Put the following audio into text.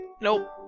Nope